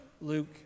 Luke